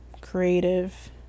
creative